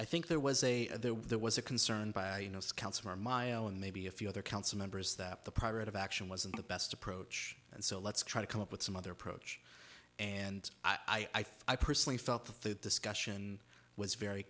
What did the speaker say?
i think there was a there was a concern by you know scouts or my own maybe a few other council members that the private of action wasn't the best approach and so let's try to come up with some other approach and i think i personally felt the discussion was very